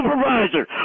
supervisor